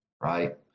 right